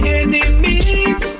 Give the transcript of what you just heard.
enemies